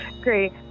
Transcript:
great